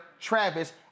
Travis